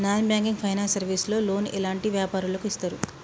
Non banking finance service లో loan ఎలాంటి వ్యాపారులకు ఇస్తరు?